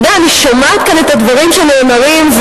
אני שומעת כאן את הדברים שנאמרים,